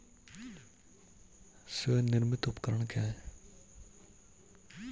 स्वनिर्मित उपकरण क्या है?